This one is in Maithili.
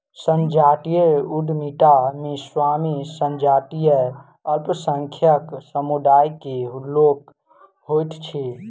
संजातीय उद्यमिता मे स्वामी संजातीय अल्पसंख्यक समुदाय के लोक होइत अछि